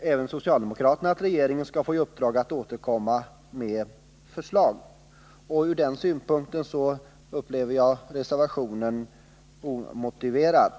även socialdemokraterna att regeringen skall få i uppdrag att komma med förslag. Från den synpunkten upplever jag reservationen såsom omotiverad.